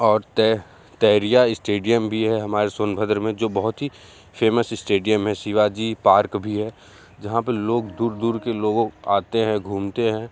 और ते तेरिया स्टेडियम भी है हमारे सोनभद्र में जो बहुत ही फ़ेमस स्टेडियम है शिवाजी पार्क भी है जहाँ पर लोग दूर दूर के लोगों आते हैं घूमते हैं